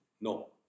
No